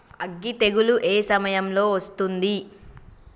అగ్గి తెగులు ఏ సమయం లో వస్తుంది?